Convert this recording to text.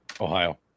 Ohio